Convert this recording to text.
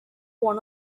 one